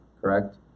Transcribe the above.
Correct